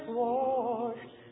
washed